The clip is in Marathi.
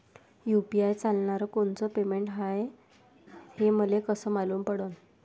यू.पी.आय चालणारं कोनचं पेमेंट ॲप हाय, हे मले कस मालूम पडन?